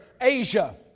Asia